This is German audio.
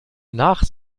nach